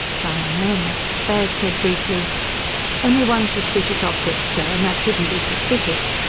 diane murmured. baird said briefly only one suspicious object, sir and that shouldn't be suspicious.